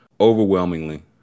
overwhelmingly